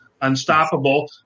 Unstoppable